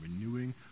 renewing